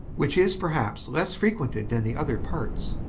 which is, perhaps, less frequented than the other parts.